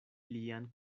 lian